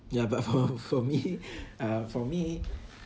ya but for for me uh for me